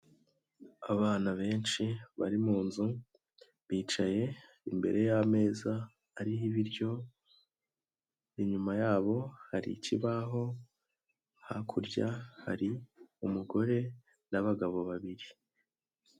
Abana benshi bari munzu bicaye imbere y'ameza ariho ibiryo, inyuma yabo hari ikibaho, hakurya hari umugore n'abagabo babiri.